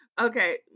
Okay